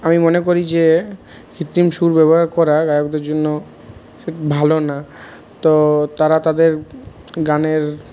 আমি মনে করি যে কৃত্রিম সুর ব্যবহার করা গায়কদের জন্য ভালো না তো তারা তাদের গানের